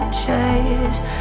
chase